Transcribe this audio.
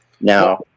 Now